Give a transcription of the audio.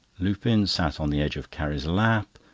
lupin sat on the edge of carrie's lap,